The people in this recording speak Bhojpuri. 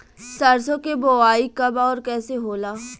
सरसो के बोआई कब और कैसे होला?